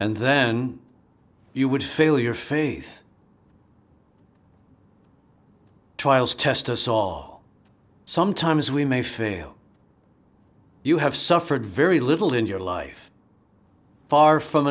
and then you would fail your faith trials tester saw sometimes we may fail you have suffered very little in your life far from